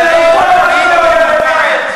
כי אני עוד לא הגעתי למקום שהיא הגיעה אליו,